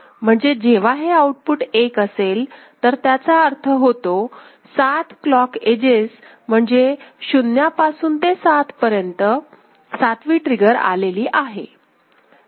म्हणजे जेव्हा हे आउटपुट 1 असेल तर त्याचा अर्थ होतो 7 क्लॉक एजेस म्हणजे शून्यापासून ते सात पर्यंत सातवी ट्रिगर आलेली आहे